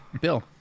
Bill